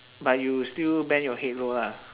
but you still bend your head low lah